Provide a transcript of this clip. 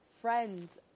friends